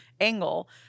angle